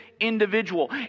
individual